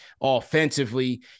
offensively